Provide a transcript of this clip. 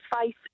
face